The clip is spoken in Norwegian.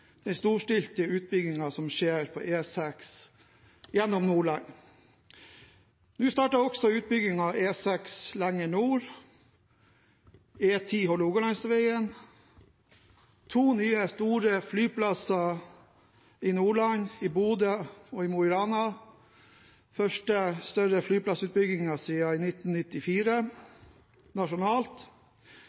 den storstilte utbyggingen som skjer på E6 gjennom Nordland. Nå starter også utbyggingen av E6 lenger nord, E10 Hålogalandsveien og to nye, store flyplasser i Nordland – i Bodø og i Mo i Rana. Det er den første større flyplassutbyggingen siden 1994 nasjonalt.